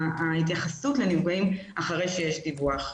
ההתייחסות לנפגעים אחרי שיש דיווח.